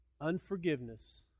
Unforgiveness